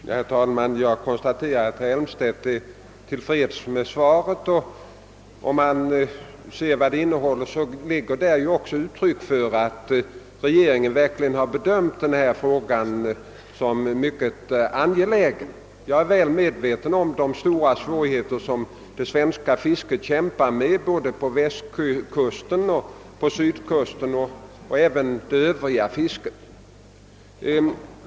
Herr talman! Jag konstaterar att herr Elmstedt är till freds med svaret. Dess innehåll är ju också ett uttryck för att regeringen verkligen har bedömt denna fråga som mycket angelägen. Jag är väl medveten om de stora svårigheter som det svenska fisket kämpar med både på västkusten, på sydkusten och i Övrigt.